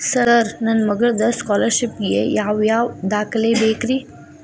Sir ನನ್ನ ಮಗ್ಳದ scholarship ಗೇ ಯಾವ್ ಯಾವ ದಾಖಲೆ ಬೇಕ್ರಿ?